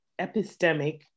epistemic